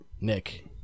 Nick